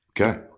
Okay